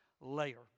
later